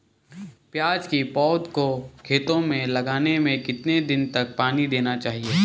प्याज़ की पौध को खेतों में लगाने में कितने दिन तक पानी देना चाहिए?